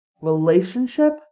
relationship